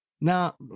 Now